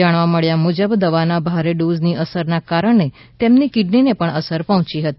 જાણવા મળ્યા મુજબ દવાના ભારે ડોઝની અસરને કારણે તેમની કિડનીને પણ અસર પહોંચી હતી